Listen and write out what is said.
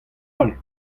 all